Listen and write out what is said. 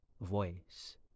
voice